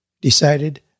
decided